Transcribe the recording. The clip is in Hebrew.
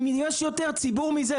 אם יש יותר ציבור מזה,